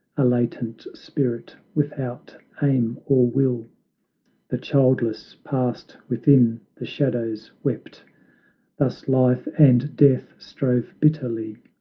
a latent spirit without aim or will the childless past within the shadows wept thus life and death strove bitterly,